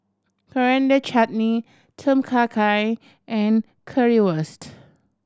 Coriander Chutney Tom Kha Gai and Currywurst